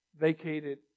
vacated